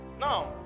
now